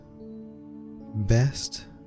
best